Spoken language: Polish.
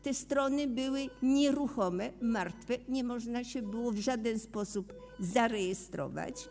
Te strony były nieruchome, martwe, nie można się było w żaden sposób zarejestrować.